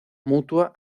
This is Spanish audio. mutua